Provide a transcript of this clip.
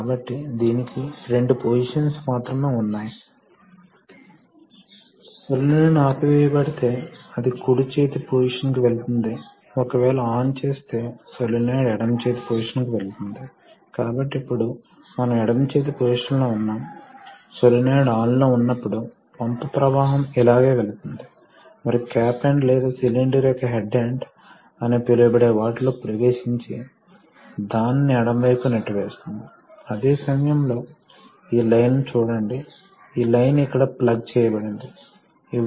కాబట్టి గాలి బుడగలని కలిగి ఉంటే సాంకేతిక పరంగా ద్రవం యొక్క బల్క్ మాడ్యులస్ తీవ్రంగా పడిపోతుంది కాబట్టి ఇది చాలా ముఖ్యం సమర్థవంతమైన ప్రసారం మరియు వేగంగా స్పందించే ప్రసారం కోసం ద్రవం కుదించలేనిది గా ఉండాలి అని చెప్పాము కాబట్టి గాలి బుడగలు తొలగించడం చాలా ముఖ్యం మరియు అవి ట్యాంక్లో తొలగించబడతాయి